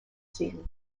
seton